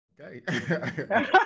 Okay